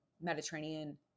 Mediterranean